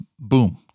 Boom